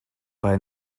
bei